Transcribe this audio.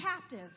captive